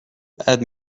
بعد